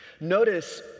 Notice